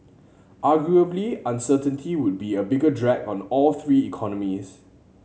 arguably uncertainty would be a bigger drag on all three economies